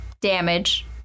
damage